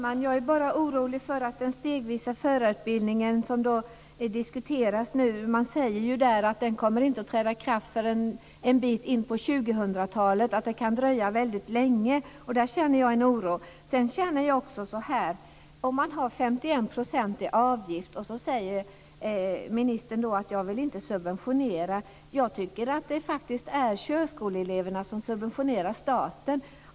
Fru talman! Den stegvisa förarutbildningen kommer inte att träda i kraft förrän en bit in på 2000-talet. Det kan dröja väldigt länge, och där känner jag en oro. Sedan känner jag också så här. Man har 51 % i avgift, och ministern säger att han inte vill subventionera. Jag tycker att det faktiskt är körskoleeleverna som subventionerar staten.